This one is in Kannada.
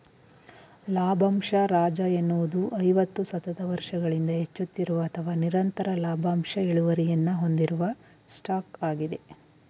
ಲಾಭಂಶ ರಾಜ ಎನ್ನುವುದು ಐವತ್ತು ಸತತ ವರ್ಷಗಳಿಂದ ಹೆಚ್ಚುತ್ತಿರುವ ಅಥವಾ ನಿರಂತರ ಲಾಭಾಂಶ ಇಳುವರಿಯನ್ನ ಹೊಂದಿರುವ ಸ್ಟಾಕ್ ಆಗಿದೆ